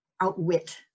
outwit